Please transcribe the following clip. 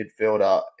midfielder